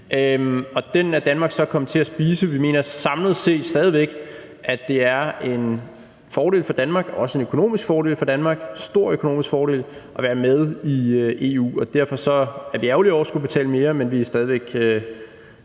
den er Danmark så kommet til at spise. Vi mener samlet set stadig væk, at det er en fordel for Danmark, også en økonomisk fordel for Danmark – stor økonomisk fordel – at være med i EU. Derfor er vi ærgerlige over at skulle betale mere, men vi er stadig væk